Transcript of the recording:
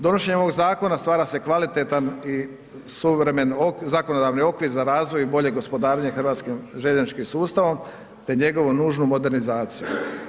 Donošenjem ovog zakona stvara se kvalitetan i suvremen zakonodavni okvir za razvoj i bolje gospodarenje hrvatskim željezničkim sustavom te njegovu nužnu modernizaciju.